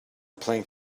playing